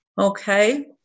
okay